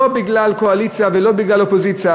לא בגלל קואליציה ולא בגלל אופוזיציה,